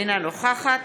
אינה נוכחת